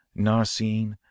narcine